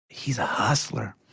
he's a hustler,